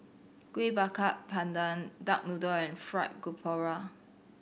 Kuih Bakar Pandan duck noodle and Fried Garoupa